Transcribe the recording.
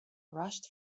rushed